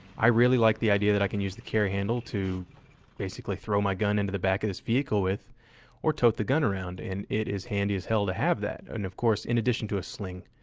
i really like the idea that i can use the carry handle to basically throw my gun into the back of this vehicle with or tote the gun around, and it is handy as hell to have that. and of course in addition to a sling.